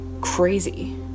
crazy